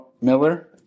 Miller